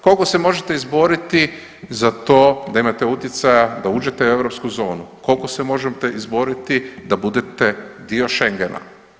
Koliko se možete izboriti za to da imate utjecaja da uđete u europsku zonu, koliko se možete izboriti da budete dio Schengena.